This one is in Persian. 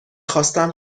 خواستم